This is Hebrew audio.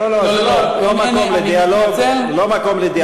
זה לא מקום לדיאלוג.